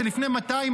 זה לפני 200,